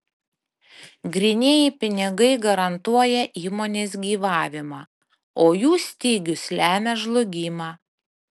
grynieji pinigai garantuoja įmonės gyvavimą o jų stygius lemia žlugimą